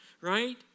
right